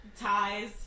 Ties